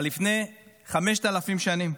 על לפני 5,000 שנים.